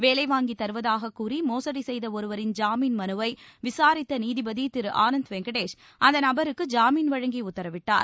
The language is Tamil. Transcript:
வேலை வாங்கித் தருவதாகக் கூறி மோசடி செய்த ஒருவரின் ஜாமீன் மனுவை விசாரித்த நீதிபதி திரு ஆனந்த் வெங்கடேஷ் அந்த நபருக்கு ஜாமீன் வழங்கி உத்தரவிட்டார்